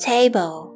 Table